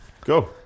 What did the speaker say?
Go